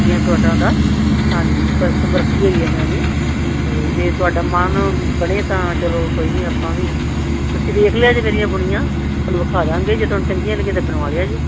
ਕੋਟੀਆਂ ਸਵੈਟਰਾਂ ਦਾ ਹਾਂਜੀ ਪਸ਼ਮ ਰਖੀ ਹੋਈ ਹੈ ਮੈਂ ਵੀ ਅਤੇ ਜੇ ਤੁਹਾਡਾ ਮਨ ਬਣੇ ਤਾਂ ਚਲੋ ਕੋਈ ਨਹੀਂ ਆਪਾਂ ਵੀ ਤੁਸੀਂ ਵੇਖ ਲਿਆ ਜੇ ਮੇਰੀਆਂ ਬੁਣੀਆਂ ਤੁਹਾਨੂੰ ਦਿਖਾ ਦਾਂਗੇ ਤੁਹਾਨੂੰ ਚੰਗੀਆਂ ਲਗੀਆਂ ਤਾਂ ਬਣਵਾ ਲਿਓ ਜੇ